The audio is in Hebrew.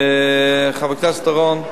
חבר הכנסת אורון,